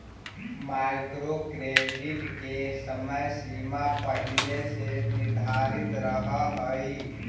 micro credit के समय सीमा पहिले से निर्धारित रहऽ हई